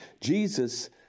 Jesus